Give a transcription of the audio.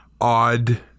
odd